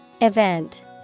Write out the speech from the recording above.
Event